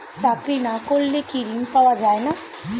চাকরি না করলে কি ঋণ পাওয়া যায় না?